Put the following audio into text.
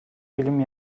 film